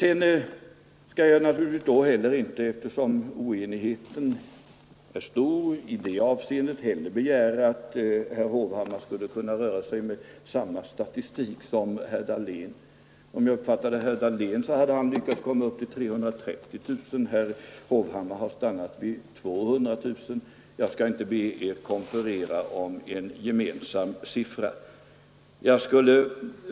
Eftersom oenigheten i det avseendet alltså är stor mellan de borgerliga partierna skall jag naturligtvis inte begära att herr Hovhammar skall använda sig av samma statistik som herr Dahlén när han talar om arbetslösheten. Om jag uppfattade det rätt hade herr Dahlén lyckats komma upp till 390 000 arbetslösa; herr Hovhammar har stannat vid 200 000. Jag skall inte be er konferera för att komma fram till en gemensam siffra.